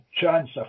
chance